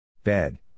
Bed